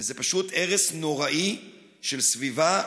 וזה פשוט הרס נוראי של סביבה.